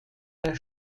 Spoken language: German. der